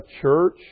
church